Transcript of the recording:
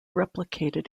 replicated